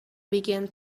begin